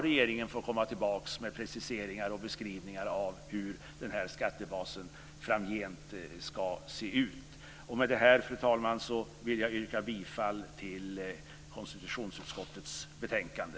Regeringen får komma tillbaka med preciseringar och beskrivningar av hur skattebasen framgent ska se ut. Med det här, fru talman, vill jag yrka bifall till förslaget i konstitutionsutskottets betänkande.